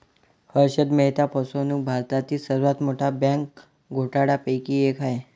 हर्षद मेहता फसवणूक भारतातील सर्वात मोठ्या बँक घोटाळ्यांपैकी एक आहे